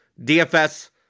DFS